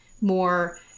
more